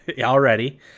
Already